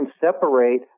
separate